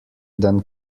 than